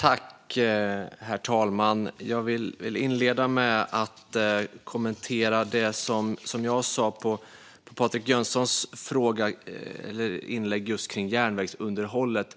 Herr talman! Jag vill inleda med att kommentera det som jag sa med anledning av Patrik Jönssons inlägg just kring järnvägsunderhållet.